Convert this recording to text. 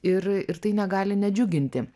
ir ir tai negali nedžiuginti